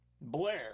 Blair